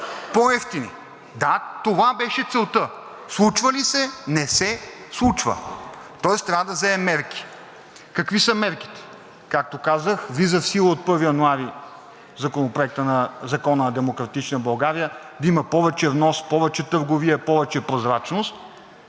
по-евтини. Да, това беше целта. Случва ли се? Не се случва, тоест трябва да вземем мерки. Какви са мерките? Както казах, влиза в сила от 1 януари Законът на „Демократична България“ да има повече внос, повече търговия, повече прозрачност,